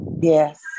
Yes